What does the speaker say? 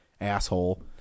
asshole